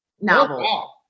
novel